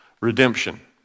redemption